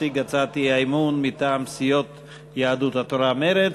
שהציג את הצעת האי-אמון מטעם סיעות יהדות התורה ומרצ.